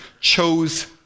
chose